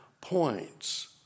points